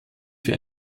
für